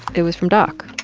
it was from doc.